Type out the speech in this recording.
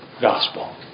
gospel